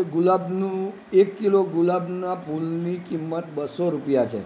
આજે ગુલાબનું એક કિલો ગુલાબના ફૂલની કિંમત બસો રૂપિયા છે